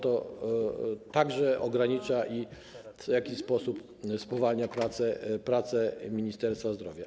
To także ogranicza i w jakiś sposób spowalnia prace Ministerstwa Zdrowia.